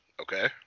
Okay